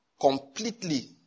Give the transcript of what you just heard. completely